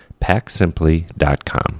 PackSimply.com